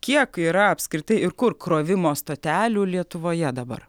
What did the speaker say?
kiek yra apskritai ir kur krovimo stotelių lietuvoje dabar